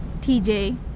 TJ